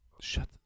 Shut